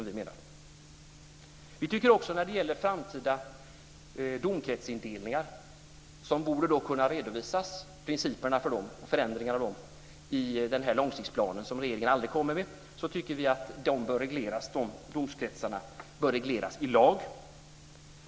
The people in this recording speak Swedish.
Vi menar också att principerna för förändringar av framtida domkretsindelningar bör kunna redovisas i den långsiktsplan som regeringen aldrig verkar komma med. Vi tycker att de domkretsarna bör regleras i lag.